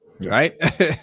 right